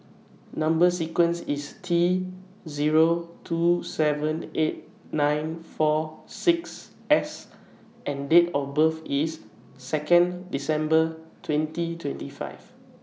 Number sequence IS T Zero two seven eight nine four six S and Date of birth IS Second December twenty twenty five